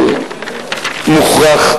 מוכרח.